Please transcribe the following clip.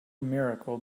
miracle